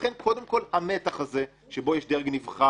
לכן קודם כל המתח הזה שבו יש דרג נבחר,